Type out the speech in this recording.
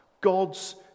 God's